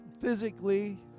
physically